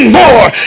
more